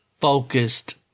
focused